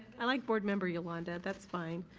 i like board member yolanda, that's fine.